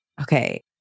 okay